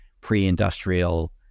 pre-industrial